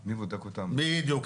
בדיוק,